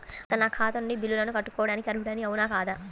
అసలు నా ఖాతా నుండి బిల్లులను కట్టుకోవటానికి అర్హుడని అవునా కాదా?